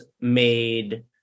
made